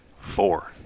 Four